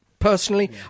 Personally